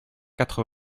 quatre